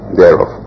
thereof